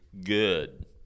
good